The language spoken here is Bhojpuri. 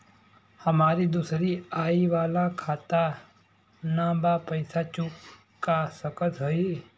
हमारी दूसरी आई वाला खाता ना बा पैसा चुका सकत हई?